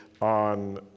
on